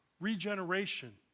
Regeneration